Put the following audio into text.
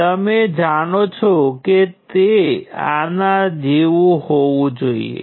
તેથી ત્યાં એક કરંટ હશે અને નોડ 1 પરનો વોલ્ટેજ V1 છે નોડ 2 પરનો વોલ્ટેજ V2 છે